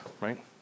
right